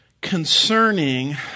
concerning